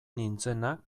nintzena